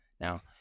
now